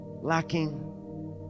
lacking